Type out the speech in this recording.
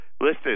listen